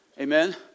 Amen